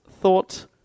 thought